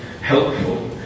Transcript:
helpful